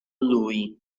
lui